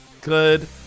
Good